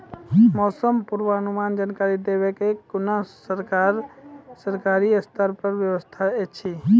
मौसम पूर्वानुमान जानकरी देवाक कुनू सरकारी स्तर पर व्यवस्था ऐछि?